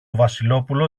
βασιλόπουλο